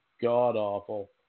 god-awful